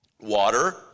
water